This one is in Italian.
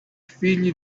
figli